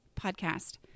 podcast